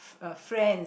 uh friends